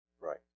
Right